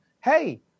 Hey